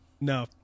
No